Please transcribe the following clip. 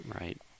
Right